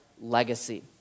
legacy